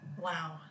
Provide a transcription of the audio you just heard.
Wow